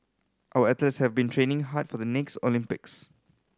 our athletes have been training hard for the next Olympics